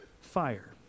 fire